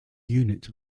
unit